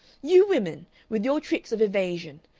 you women, with your tricks of evasion,